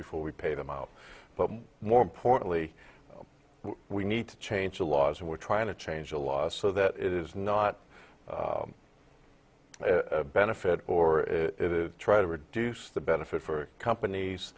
before we pay them out but more importantly we need to change the laws and we're trying to change the law so that it is not a benefit or try to reduce the benefits for companies